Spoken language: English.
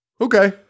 okay